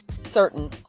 certain